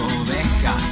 oveja